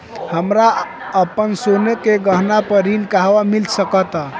हमरा अपन सोने के गहना पर ऋण कहां मिल सकता?